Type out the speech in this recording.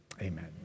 Amen